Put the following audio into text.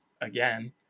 again